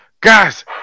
guys